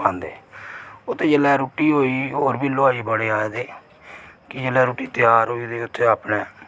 पांदे ओह् ते जिसलै रुट्टी होई गेई ते होर बी हलबाई बड़े आए दे कि जिसलै रुट्टी त्यार होई ते उत्थे अपना